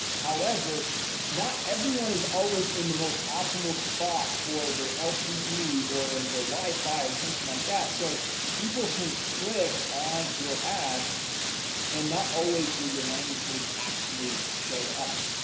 however not everyone is always in the most optimal spot for their lte or their wi-fi or something like that so people can click on your ad and not always will your landing page actually show up?